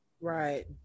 Right